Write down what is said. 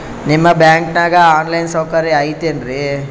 ನಿಮ್ಮ ಬ್ಯಾಂಕನಾಗ online ಸೌಕರ್ಯ ಐತೇನ್ರಿ?